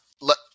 let